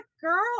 girl